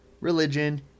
religion